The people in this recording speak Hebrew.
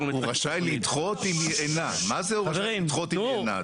רשאי לדחות אם אינה מה זה אומר לדחות אם היא אינה,